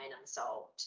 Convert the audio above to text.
unsolved